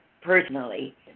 personally